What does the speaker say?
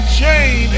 chain